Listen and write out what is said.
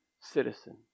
citizen